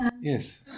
Yes